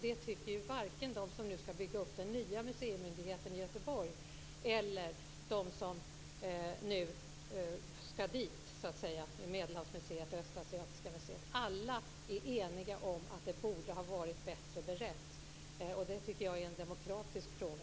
Det tycker varken de som skall bygga upp den nya museimyndigheten i Göteborg eller de som skall överföras dit, dvs. Medelhavsmuseet och Östasiatiska museet. Alla är eniga om att ärendet borde ha varit bättre berett. Det är en demokratisk fråga.